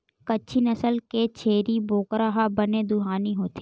कच्छी नसल के छेरी बोकरा ह बने दुहानी होथे